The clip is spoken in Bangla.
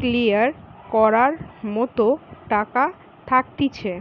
ক্লিয়ার করার মতো টাকা থাকতিছে